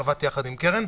עבדתי יחד עם קרן.